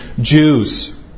Jews